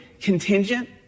contingent